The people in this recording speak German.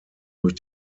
durch